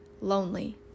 lonely